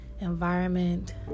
environment